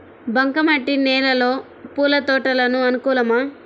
బంక మట్టి నేలలో పూల తోటలకు అనుకూలమా?